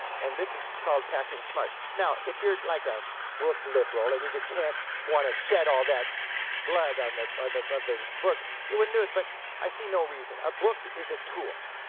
and this is called packing smart. now if you're like a book liberal and you just can't want to shed all that blood on the but but of book, you wouldn't do it, but i see no reason. a book is a tool.